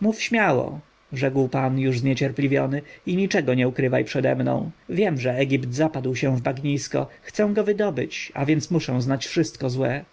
mów śmiało rzekł pan już zniecierpliwiony i niczego nie ukrywaj przede mną wiem że egipt zapadł w bagnisko chcę go wydobyć a więc muszę znać wszystko złe